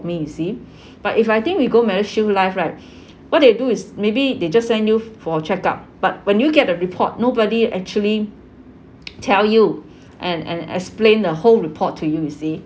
me you see but if I think we go medishield life right what they do is maybe they just send you for a check up but when you get the report nobody actually tell you and and explain the whole report to you you see